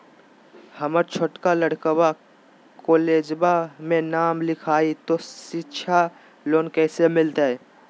हमर छोटका लड़कवा कोलेजवा मे नाम लिखाई, तो सिच्छा लोन कैसे मिलते?